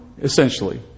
essentially